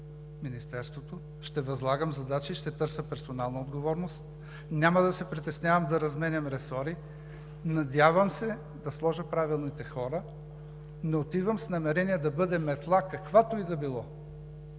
Министерството, ще възлагам задачи и ще търся персонална отговорност, няма да се притеснявам да разменям ресори, надявам се да сложа правилните хора. Не отивам с намерение да бъда метла, каквато и да било,